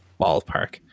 ballpark